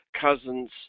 cousins